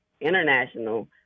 international